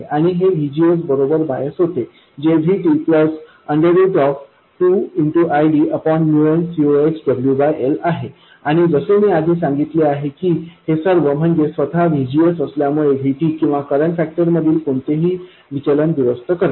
आणि हे VGS बरोबर बायस होते जे VT2I0nCoxआहे आणि जसे मी आधी सांगितले आहे की हे सर्व म्हणजे स्वतः VGS असल्यामुळे VT किंवा करंट फॅक्टर मधील कोणतेही विचलन दुरुस्त करते